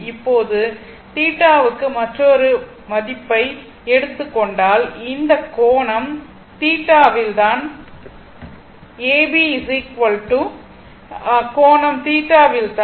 இப்போது θ வுக்கு மற்றொரு மதிப்பை எடுத்துக் கொண்டால் இந்த கோணம் θ வில் தான் தான் A B m sin θ